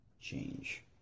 change